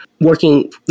working